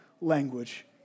language